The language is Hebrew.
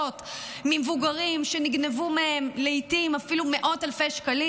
ממבוגרים שנגנבו מהם לעיתים מאות אלפי שקלים,